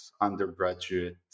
undergraduate